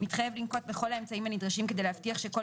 מתחייב לנקוט בכל האמצעים הנדרשים כדי להבטיח שכל